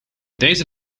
deze